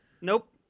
Nope